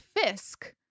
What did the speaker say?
Fisk